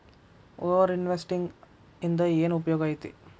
over investing ಇಂದ ಏನ್ ಉಪಯೋಗ ಐತಿ